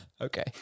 okay